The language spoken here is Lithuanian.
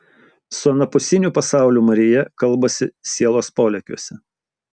su anapusiniu pasauliu marija kalbasi sielos polėkiuose